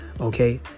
okay